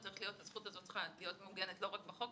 הזכות הזאת צריכה להיות מעוגנת לא רק בחוק,